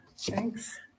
thanks